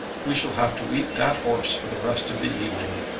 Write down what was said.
we shall have to eat that horse for the rest of the evening.